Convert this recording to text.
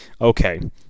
Okay